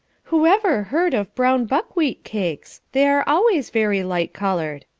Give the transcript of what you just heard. whoever heard of brown buckwheat cakes they are always very light coloured.